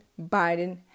Biden